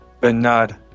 Bernard